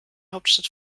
hauptstadt